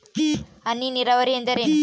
ಹನಿ ನೇರಾವರಿ ಎಂದರೇನು?